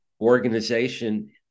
organization